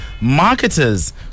Marketers